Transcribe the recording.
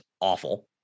awful